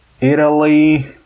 Italy